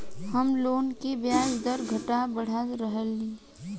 home loan के ब्याज दर घटत बढ़त रहेला